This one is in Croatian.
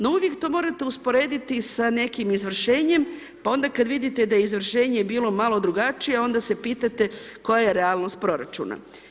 No uvijek to morate usporediti sa nekim izvršenjem, pa onda kada vidite da je izvršenje bilo malo drugačije, onda se pitate koja je realnost proračuna.